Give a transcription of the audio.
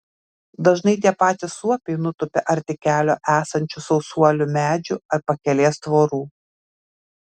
dažnai tie patys suopiai nutupia arti kelio esančių sausuolių medžių ar pakelės tvorų